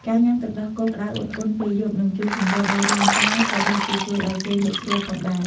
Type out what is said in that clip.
ការញុំាទឹកដោះគោក្តៅឧណ្ហៗពេលយប់ នឹងជួយសម្រួលដល់រាងកាយ ក៏ដូចជាជួយឲ្យគេងលក់ស្រួលផងដែរ។